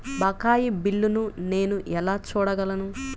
బకాయి బిల్లును నేను ఎలా చూడగలను?